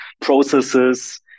processes